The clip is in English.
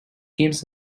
games